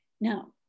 Now